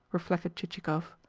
reflected chichikov.